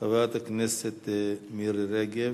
חברת הכנסת מירי רגב.